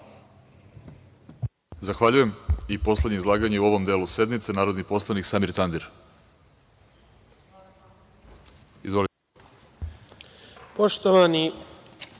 Zahvaljujem. Poslednje izlaganje u ovom delu sednice, narodni poslanik Samir Tandir.